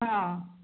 ହଁ